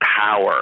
power